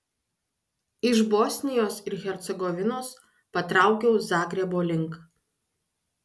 iš bosnijos ir hercegovinos patraukiau zagrebo link